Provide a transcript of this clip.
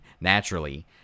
naturally